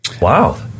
Wow